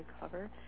cover